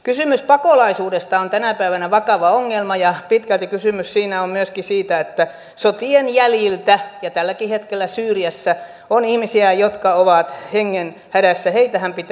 kysymys pakolaisuudesta on tänä päivänä vakava ongelma ja pitkälti kysymys siinä on myöskin siitä että sotien jäljiltä tälläkin hetkellä syyriassa on ihmisiä jotka ovat hengenhädässä heitähän pitää auttaa